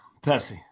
Pepsi